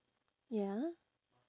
ya